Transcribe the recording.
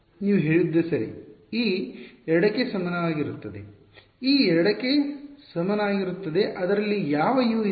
ನೀವು ಹೇಳಿದ್ದು ಸರಿ e 2 ಕ್ಕೆ ಸಮಾನವಾಗಿರುತ್ತದೆ e 2 ಕ್ಕೆ ಸಮನಾಗಿರುತ್ತದೆ ಅದರಲ್ಲಿ ಯಾವ U ಇದೆ